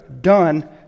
done